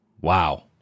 Wow